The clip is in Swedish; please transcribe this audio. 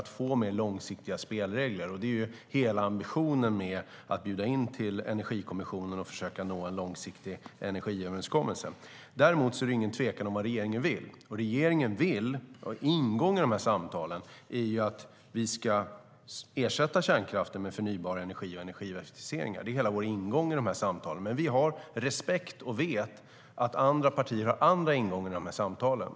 Det är hela ambitionen med att bjuda in till Energikommissionen och försöka nå en långsiktig energiöverenskommelse. Däremot råder det ingen tvekan om vad regeringen vill. Vad regeringen vill - och det är den ingång vi har i samtalen - är att vi ska ersätta kärnkraften med förnybar energi och energieffektiviseringar. Det är hela vår ingång i samtalen. Men vi har respekt för, och vi vet, att andra partier har andra ingångar i samtalen.